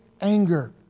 anger